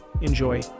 Enjoy